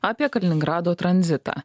apie kaliningrado tranzitą